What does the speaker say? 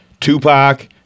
Tupac